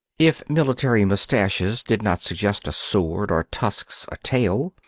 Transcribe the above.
if military moustaches did not suggest a sword or tusks a tail,